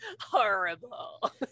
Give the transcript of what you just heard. horrible